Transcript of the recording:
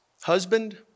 husband